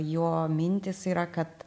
jo mintys yra kad